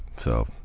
so,